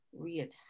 reattach